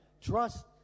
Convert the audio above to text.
Trust